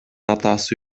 атасы